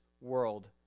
world